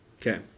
okay